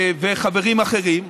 וחברים אחרים.